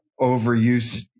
overuse